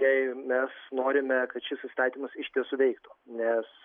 jei mes norime kad šis įstatymas iš tiesų veiktų nes